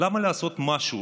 למה לעשות משהו?